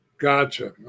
Gotcha